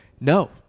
No